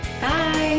Bye